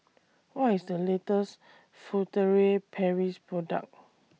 What IS The latest Furtere Paris Product